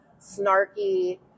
snarky